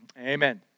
amen